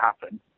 happen